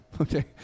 Okay